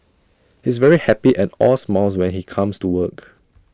he's very happy and all smiles when he comes to work